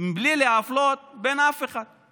בלי להפלות אף אחד.